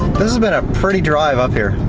this has been a pretty drive up here.